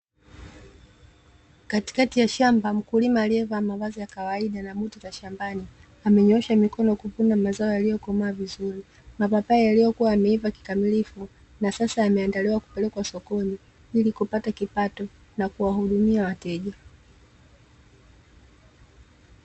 Katikati ya shamba, mkulima aliyevaa mavazi ya kawaida na buti za shambani, amenyoosha mikono kuvuna mazao yaliyokomaa vizuri. Mapapai yaliyokuwa yameiva kikamilifu na sasa yameandaliwa kupelekwa sokoni, ili kupata kipato na kuwahudumia wateja.